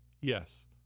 yes